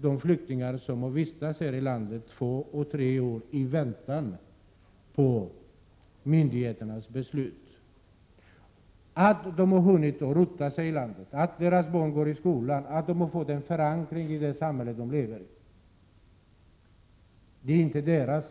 De flyktingar som har vistats här i landet två tre år i väntan på myndigheternas beslut har hunnit rota sig i landet, deras barn går i skola här och de har fått en förankring i samhället. Det är inte dessa